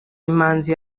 imanzi